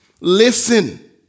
Listen